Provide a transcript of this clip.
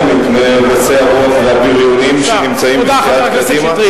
אתה יכול להגן עלי מפני גסי הרוח והבריונים שנמצאים בסיעת קדימה?